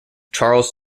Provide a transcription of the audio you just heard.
charles